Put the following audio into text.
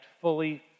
fully